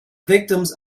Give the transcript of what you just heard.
victims